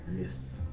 Yes